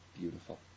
beautiful